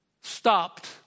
stopped